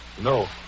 No